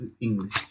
English